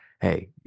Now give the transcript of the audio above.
hey